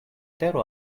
tero